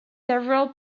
several